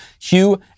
Hugh